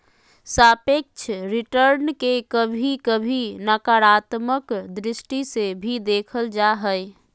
सापेक्ष रिटर्न के कभी कभी नकारात्मक दृष्टि से भी देखल जा हय